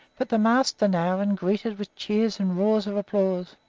but the master now, and greeted with cheers and roars of applause.